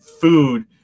Food